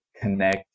connect